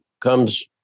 comes